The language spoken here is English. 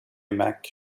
mac